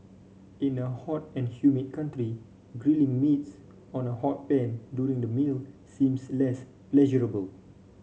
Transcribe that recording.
in a hot and humid country grilling meats on a hot pan during the meal seems less pleasurable